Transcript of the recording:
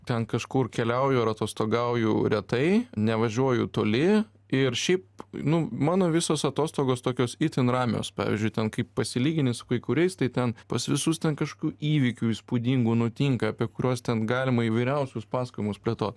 ten kažkur keliauju ar atostogauju retai nevažiuoju toli ir šiaip nu mano visos atostogos tokios itin ramios pavyzdžiui ten kaip pasilygini su kai kuriais tai ten pas visus ten kažkokių įvykių įspūdingų nutinka apie kuriuos ten galima įvairiausius pasakojimus plėtot